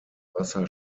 wasser